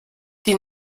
die